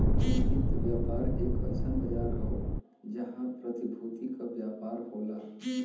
वित्तीय बाजार एक अइसन बाजार हौ जहां प्रतिभूति क व्यापार होला